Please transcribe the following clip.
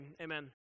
Amen